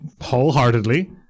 wholeheartedly